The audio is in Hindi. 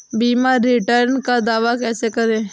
बीमा रिटर्न का दावा कैसे करें?